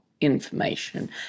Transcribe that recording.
information